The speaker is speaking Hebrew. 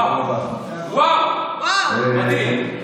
וואו, מדהים.